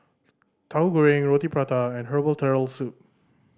Tauhu Goreng Roti Prata and herbal Turtle Soup